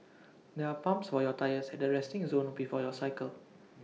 there are pumps for your tyres at the resting zone before you cycle